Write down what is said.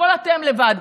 הכול אתם לבד.